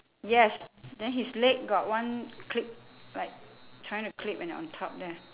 yes then his leg got one clip right trying to clip at the one top there